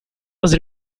was